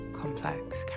complex